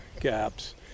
gaps